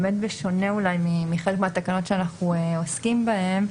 באמת בשונה אולי מחלק התקנות שאנחנו עוסקים בהם.